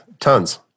Tons